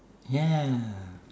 ya